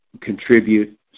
contribute